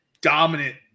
dominant